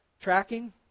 tracking